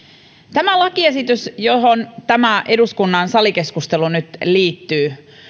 tämä lakiesitys johon tämä eduskunnan salikeskustelu nyt liittyy